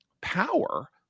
power